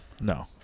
No